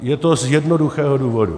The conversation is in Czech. Je to z jednoduchého důvodu.